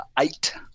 eight